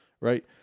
Right